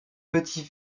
petit